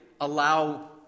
allow